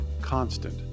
constant